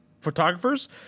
photographers